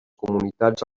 comunitats